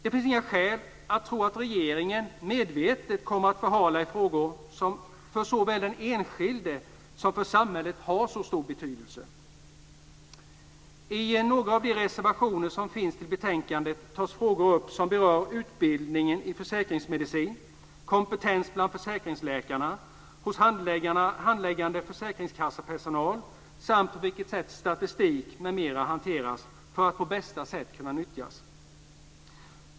Det finns inga skäl att tro att regeringen medvetet kommer att förhala i frågor som har stor betydelse för såväl den enskilde som för samhället. I några av de reservationer som finns till betänkandet tas frågor upp som berör utbildning i försäkringsmedicin, kompetensen bland försäkringsläkarna och hos handläggande försäkringskassepersonal samt på vilket sätt statistik m.m. hanteras för att på bästa sätt kunna nyttjas.